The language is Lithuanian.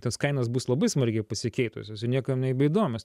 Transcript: tas kainas bus labai smarkiai pasikeitusios ir niekam nebeįdomios